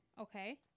Okay